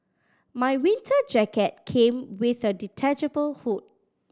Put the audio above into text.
my winter jacket came with a detachable hood